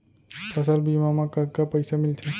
फसल बीमा म कतका पइसा मिलथे?